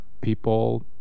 people